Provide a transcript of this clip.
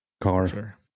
car